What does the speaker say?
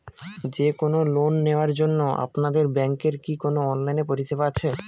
যে কোন লোন নেওয়ার জন্য আপনাদের ব্যাঙ্কের কি কোন অনলাইনে পরিষেবা আছে?